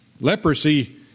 Leprosy